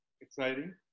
exciting